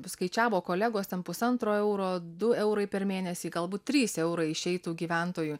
paskaičiavo kolegos ten pusantro euro du eurai per mėnesį galbūt trys eurai išeitų gyventojų